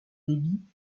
débit